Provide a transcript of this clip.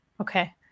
Okay